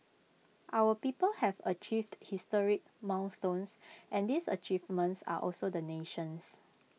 our people have achieved historic milestones and these achievements are also the nation's